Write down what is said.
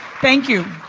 thank you.